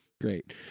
Great